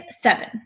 seven